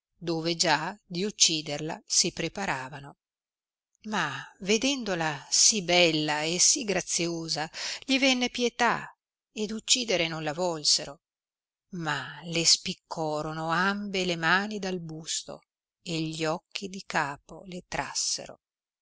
dove già di ucciderla si preparavano ma vedendola sì bella e sì graziosa gli venne pietà ed uccidere non la volsero ma le spiccorono ambe le mani dal busto e gli occhi di capo le trassero